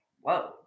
whoa